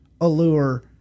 allure